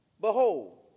Behold